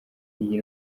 iyi